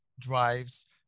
drives